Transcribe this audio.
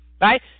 right